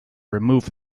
remove